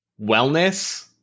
wellness